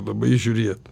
labai žiūrėt